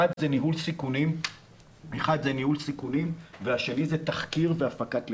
אחד זה ניהול סיכונים והשני זה תחקיר והפקת לקחים.